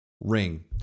ring